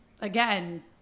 again